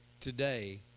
today